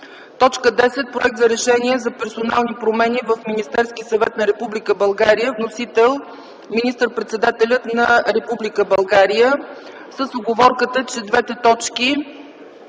10. Проект за Решение за персонални промени в Министерския съвет на Република България. Вносител – министър-председателят на Република България, с уговорката, че двете точки